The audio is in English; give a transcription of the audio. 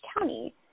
County